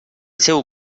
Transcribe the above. seu